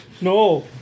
No